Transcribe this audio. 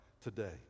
today